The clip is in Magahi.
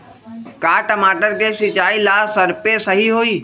का टमाटर के सिचाई ला सप्रे सही होई?